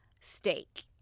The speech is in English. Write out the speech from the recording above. steak